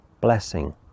blessing